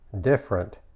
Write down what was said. different